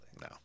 no